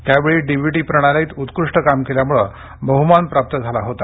त्यावेळी डीबीटी प्रणालीत उत्कृष्ट काम केल्यामुळे बहुमान प्राप्त झाला होता